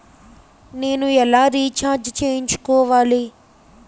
నేను ఎలా రీఛార్జ్ చేయించుకోవాలి?